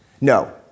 No